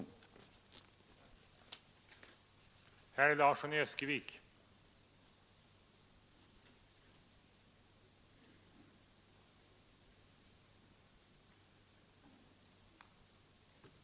Inget svar har lämnats på dessa frågor.